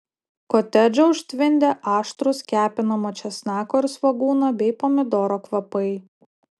kotedžą užtvindė aštrūs kepinamo česnako ir svogūno bei pomidoro kvapai